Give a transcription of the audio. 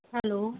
hello